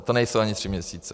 To nejsou ani tři měsíce.